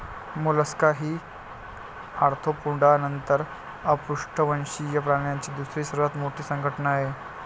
Mollusca ही Arthropoda नंतर अपृष्ठवंशीय प्राण्यांची दुसरी सर्वात मोठी संघटना आहे